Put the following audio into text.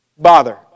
Bother